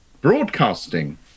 broadcasting